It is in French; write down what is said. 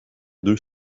deux